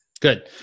good